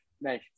Nice